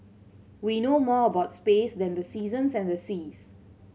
we know more about space than the seasons and the seas